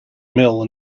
mill